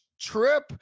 trip